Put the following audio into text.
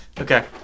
okay